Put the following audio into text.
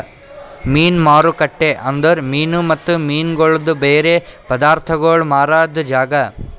ಮೀನು ಮಾರುಕಟ್ಟೆ ಅಂದುರ್ ಮೀನು ಮತ್ತ ಮೀನಗೊಳ್ದು ಬೇರೆ ಪದಾರ್ಥಗೋಳ್ ಮಾರಾದ್ ಜಾಗ